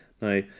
Now